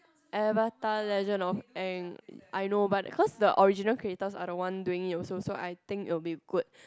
Avatar Legend of Aang I know but cause the original creators are the one doing it also so I think it will be good